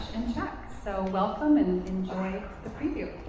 and checks. so welcome and enjoy the preview.